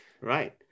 Right